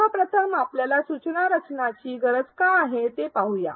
सर्वप्रथम आपल्याला सूचना रचना ची गरज का आहे ते पाहूया